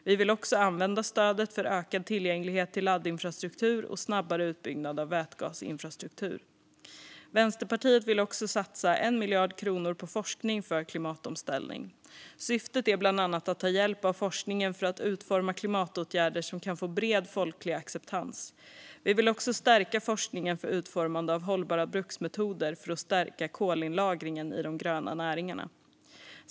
Vi vill också använda stödet för ökad tillgänglighet till laddinfrastruktur och snabbare utbyggnad av vätgasinfrastruktur. Vänsterpartiet vill också satsa 1 miljard kronor på forskning för klimatomställning. Syftet är bland annat att ta hjälp av forskningen för att utforma klimatåtgärder som kan få bred folklig acceptans. Vi vill också stärka forskningen för utformande av hållbara bruksmetoder för att stärka kolinlagringen i de gröna näringarna.